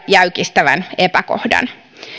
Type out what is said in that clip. jäykistävän epäkohdan